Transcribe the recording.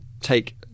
take